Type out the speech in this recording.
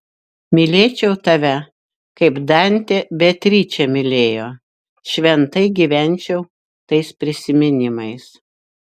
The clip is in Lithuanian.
mylėčiau tave kaip dantė beatričę mylėjo šventai gyvenčiau tais prisiminimais